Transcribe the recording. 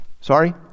Sorry